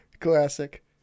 Classic